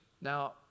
Now